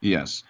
Yes